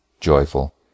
joyful